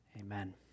Amen